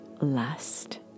lust